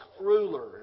ruler